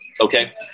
Okay